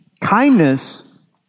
Kindness